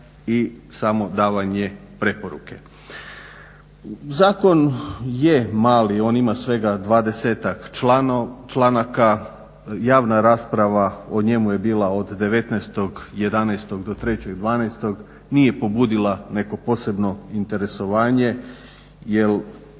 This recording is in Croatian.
i samo davanje preporuke. Zakon je mali, on ima svega 20-tak članaka, javna rasprava o njemu je bila od 19.11. do 3.12., nije pobudila neko posebno interesovanje, jer